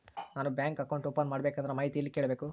ನಾನು bank account open ಮಾಡಬೇಕಂದ್ರ ಮಾಹಿತಿ ಎಲ್ಲಿ ಕೇಳಬೇಕು?